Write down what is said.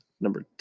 number